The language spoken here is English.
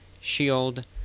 shield